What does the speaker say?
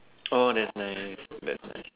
oh that's nice that's nice